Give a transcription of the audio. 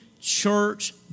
church